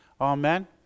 Amen